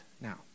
Now